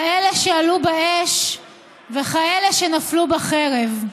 כאלה שעלו באש וכאלה שנפלו בחרב.